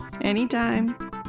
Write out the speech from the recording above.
Anytime